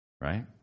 Right